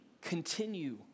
continue